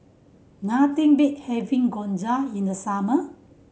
nothing beat having Gyoza in the summer